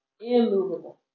immovable